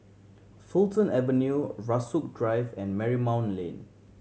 Fulton Avenue Rasok Drive and Marymount Lane